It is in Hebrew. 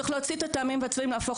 צריך להוציא את הטעמים והצבעים ולהפוך